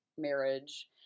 marriage